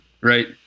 right